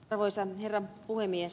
arvoisa herra puhemies